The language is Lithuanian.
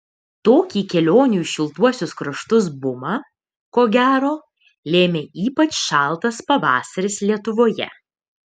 tokį kelionių į šiltuosius kraštus bumą ko gero lėmė ypač šaltas pavasaris lietuvoje